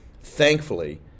Thankfully